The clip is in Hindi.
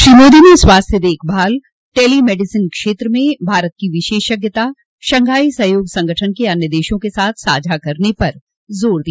श्री मोदी ने स्वास्थ्य देखभाल टेली मेडिसन क्षेत्र में भारत की विशेषज्ञता शंघाई सहयोग संगठन के अन्य देशों के साथ साझा करने पर जोर दिया